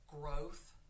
growth